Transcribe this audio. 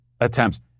attempts